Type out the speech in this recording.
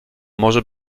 może